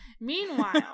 Meanwhile